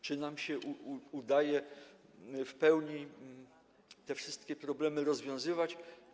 Czy nam się udaje w pełni te wszystkie problemy rozwiązywać?